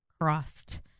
crossed